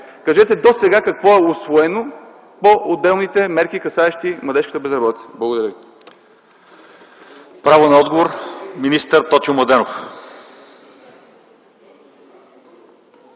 Кажете досега какво е усвоено по отделните мерки, касаещи младежката безработица? Благодаря ви.